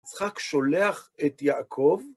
יצחק שולח את יעקב